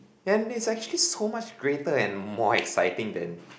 and it's actually so much greater and more exciting than